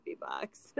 box